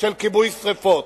של כיבוי שרפות